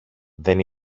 δεν